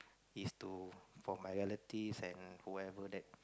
is to for my relatives and whoever that